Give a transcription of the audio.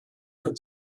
could